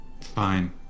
Fine